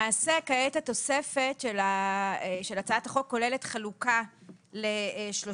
למעשה התוספת של הצעת החוק כוללת חלוקה לשלושה